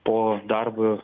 po darbo